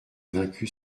vaincu